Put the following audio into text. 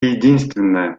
единственное